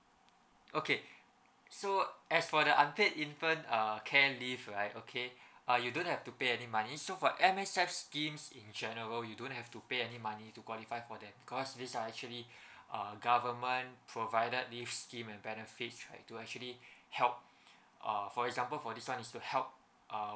okay so as for the unpaid infant err care leave right okay uh you don't have to pay any money so for M_S_F schemes in general you don't have to pay any money to qualify for that because these are actually uh government provided leave scheme and benefits like to actually uh help for example for this one is to help uh